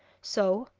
so,